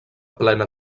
plena